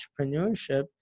entrepreneurship